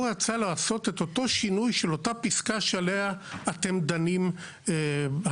הוא רצה לעשות את אותו שינוי של אותה פסקה שעליה אתם דנים היום.